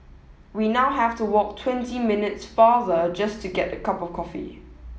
we now have to walk twenty minutes farther just to get a cup of coffee